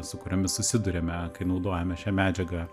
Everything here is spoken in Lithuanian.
su kuriomis susiduriame kai naudojame šią medžiagą